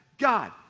God